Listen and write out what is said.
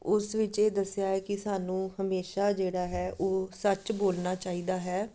ਉਸ ਵਿੱਚ ਇਹ ਦੱਸਿਆ ਹੈ ਕਿ ਸਾਨੂੰ ਹਮੇਸ਼ਾ ਜਿਹੜਾ ਹੈ ਉਹ ਸੱਚ ਬੋਲਣਾ ਚਾਹੀਦਾ ਹੈ